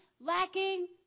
lacking